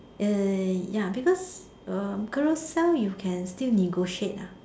err ya because uh girls now you can still negotiate ah